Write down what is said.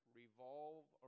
revolve